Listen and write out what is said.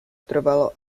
trvalo